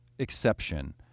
exception